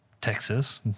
Texas